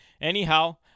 Anyhow